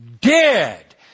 Dead